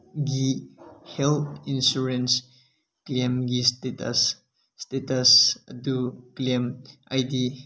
ꯒꯤ health insurance ꯀ꯭ꯂꯦꯝꯒꯤ status status ꯑꯗꯨ ꯀ꯭ꯂꯦꯝ ꯑꯥꯏ ꯗꯤ